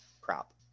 crop